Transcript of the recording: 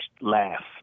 laugh